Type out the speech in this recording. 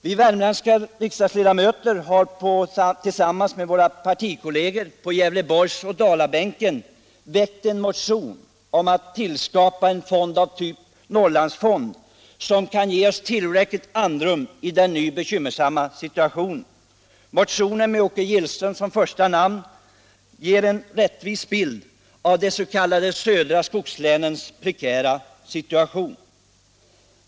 Vi värmländska socialdemokrater har tillsammans med våra partikolleger på Gävleborgs och Dalabänkarna väckt en motion om att tillskapa en fond av typ Norrlandsfonden, som kan ge oss tillräckligt andrum i den nu rådande bekymmersamma situationen. Motionen, med Åke Gillström som första namn, ger en rättvis bild av de s.k. södra skogslänens prekära situation.